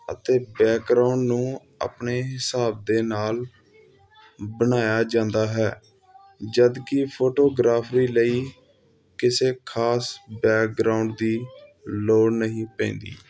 ਅਤੇ ਬੈਗਰਾਉਂਡ ਨੂੰ ਆਪਣੇ ਹਿਸਾਬ ਦੇ ਨਾਲ ਬਣਾਇਆ ਜਾਂਦਾ ਹੈ ਜਦੋਂ ਕਿ ਫੋਟੋਗ੍ਰਾਫਰੀ ਲਈ ਕਿਸੇ ਖ਼ਾਸ ਬੈਗਰਾਉਂਡ ਦੀ ਲੋੜ ਨਹੀਂ ਪੈਂਦੀ